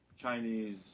Chinese